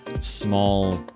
small